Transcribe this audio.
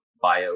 bio